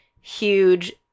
huge